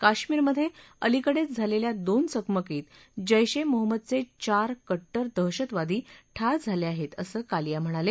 काश्मीरमधे अलीकडेच झालेल्या दोन चकमकीत जैश ए मोहम्मदचे चार कट्टर दहशतवादी ठार झाले आहेत असं कालिया म्हणाले